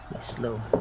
slow